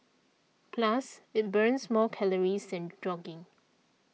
plus it burns more calories than jogging